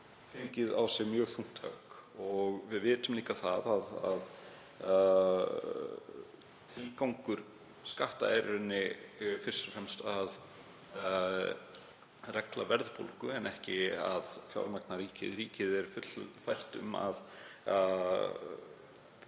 fengið á sig mjög þungt högg og við vitum líka að tilgangur skatta er fyrst og fremst að regla verðbólgu en ekki að fjármagna ríkið. Ríkið er fullfært um að